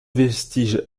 vestiges